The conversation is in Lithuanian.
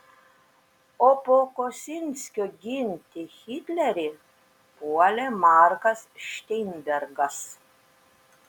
o po kosinskio ginti hitlerį puolė markas šteinbergas